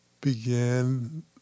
began